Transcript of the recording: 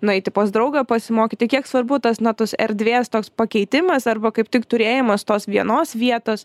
nueiti pas draugą pasimokyti kiek svarbu tas na tos erdvės toks pakeitimas arba kaip tik turėjimas tos vienos vietos